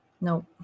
No